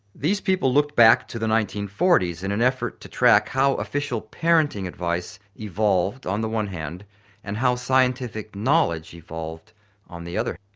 these people looked back to the nineteen forty s in an effort to track how official parenting advice evolved on the one hand and how scientific knowledge evolved on the other.